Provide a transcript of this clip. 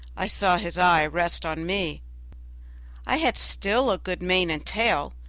i saw his eye rest on me i had still a good mane and tail,